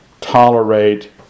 tolerate